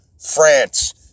France